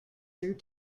through